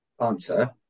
answer